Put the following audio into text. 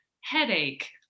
headache